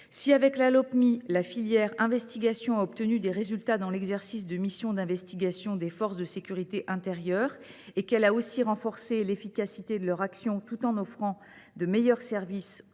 dite Lopmi, la filière investigation a obtenu des résultats dans l’exercice des missions d’investigation des forces de sécurité intérieure et a aussi renforcé l’efficacité de leur action, tout en offrant de meilleurs services